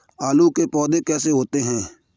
आलू के पौधे कैसे होते हैं?